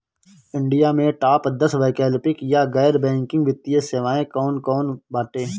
India में top दस वैकल्पिक या गैर बैंकिंग वित्तीय सेवाएं कौन कोन बाटे?